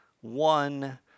One